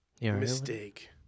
mistake